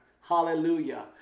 Hallelujah